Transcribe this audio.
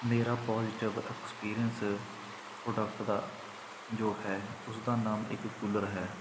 ਮੇਰਾ positive experience product ਦਾ ਜੋ ਹੈ ਉਸਦਾ ਨਾਮ ਇੱਕ ਕੂਲਰ ਹੈ